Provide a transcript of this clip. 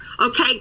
okay